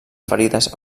ferides